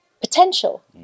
potential